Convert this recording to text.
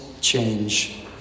change